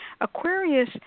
Aquarius